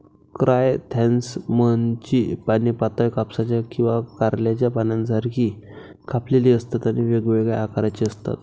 क्रायसॅन्थेममची पाने पातळ, कापसाच्या किंवा कारल्याच्या पानांसारखी कापलेली असतात आणि वेगवेगळ्या आकाराची असतात